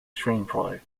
screenplay